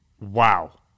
wow